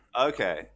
okay